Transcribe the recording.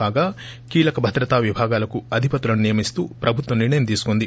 కాగా కీలక భద్రతా విభాగాలకు అధిపతులను నియమిస్తూ ప్రభుత్వం నిర్ణయం తీసుకుంది